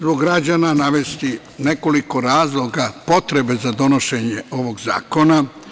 Zbog građana, navesti nekoliko razloga potrebe za donošenje ovog zakona.